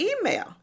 email